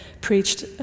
preached